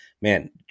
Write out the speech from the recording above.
man